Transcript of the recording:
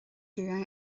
dom